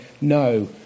no